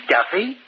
Duffy